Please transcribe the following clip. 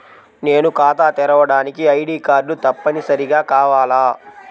నేను ఖాతా తెరవడానికి ఐ.డీ కార్డు తప్పనిసారిగా కావాలా?